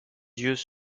yeux